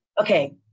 Okay